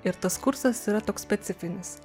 ir tas kursas yra toks specifinis